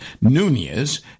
Nunez